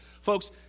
Folks